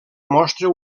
mostra